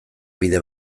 bide